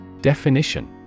Definition